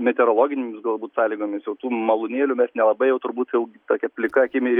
meteorologinėmis galbūt sąlygomis jau tų malūnėlių mes nelabai jau turbūt jau tokia plika akimi